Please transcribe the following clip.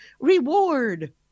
reward